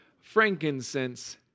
frankincense